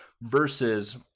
versus